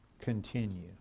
continue